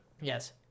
Yes